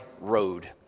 road